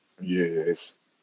Yes